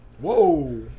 Whoa